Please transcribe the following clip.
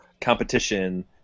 competition